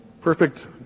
perfect